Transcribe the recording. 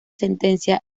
sentencia